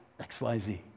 XYZ